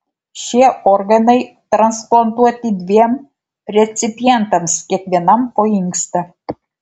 šie organai transplantuoti dviem recipientams kiekvienam po inkstą